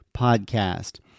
podcast